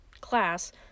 class